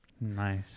Nice